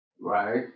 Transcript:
right